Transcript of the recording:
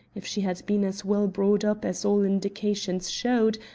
if she had been as well brought up as all indications showed,